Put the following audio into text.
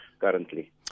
currently